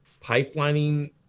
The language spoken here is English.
pipelining